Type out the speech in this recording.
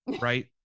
Right